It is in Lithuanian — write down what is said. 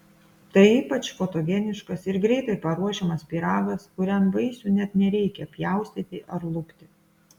tai ypač fotogeniškas ir greitai paruošiamas pyragas kuriam vaisių net nereikia pjaustyti ar lupti